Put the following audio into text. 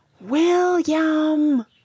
William